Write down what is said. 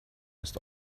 ist